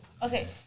Okay